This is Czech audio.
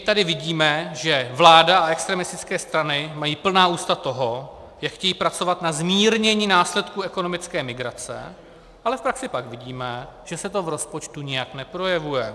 Tady vidíme, že vláda a extremistické strany mají plná ústa toho, jak chtějí pracovat na zmírnění následků ekonomické migrace, ale v praxi pak vidíme, že se to v rozpočtu nijak neprojevuje.